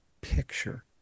picture